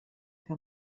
que